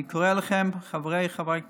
אני קורא לכם, חבריי חברי הכנסת,